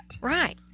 Right